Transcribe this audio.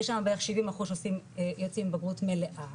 יש שם בערך 70% יוצאים עם בגרות מלאה,